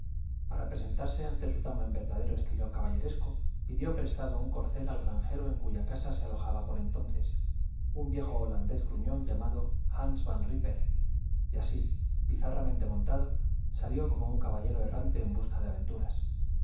para presentarse ante su dama en verdadero estilo caballeresco pidió prestado un corcel al granjero en cuya casa se alojaba por entonces un viejo holandés gruñón llamado hans van rípper y así bizarramente montado salió como un caballero errante en busca de aventuras